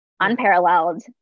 unparalleled